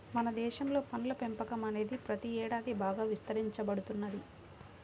మన దేశంలో పండ్ల పెంపకం అనేది ప్రతి ఏడాది బాగా విస్తరించబడుతున్నది